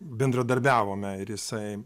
bendradarbiavome ir jisai